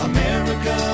America